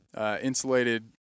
insulated